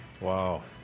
Wow